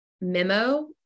memo